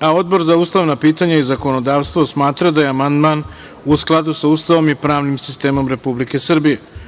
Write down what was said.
Odbor za ustavna pitanja i zakonodavstvo smatra da je amandman u skladu sa Ustavom i pravnim sistemom Republike